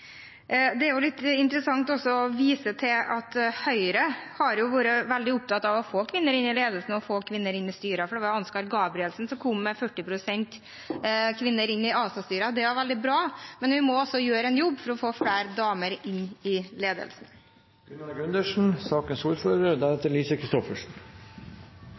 Det er også litt interessant å vise til at Høyre har vært veldig opptatt av å få kvinner inn i ledelser og styrer, for det var Ansgar Gabrielsen som kom med kravet om minst 40 pst. kvinner i ASA-styrene. Det var veldig bra, men vi må altså gjøre en jobb for å få flere damer inn i